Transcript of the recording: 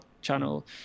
channel